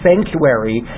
sanctuary